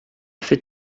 fait